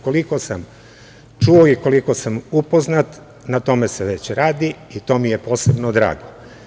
Koliko sam čuo i koliko sam upoznat, na tome se već radi i to mi je posebno drago.